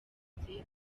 nkomeza